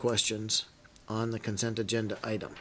questions on the consent agenda item